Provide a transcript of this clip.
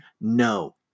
No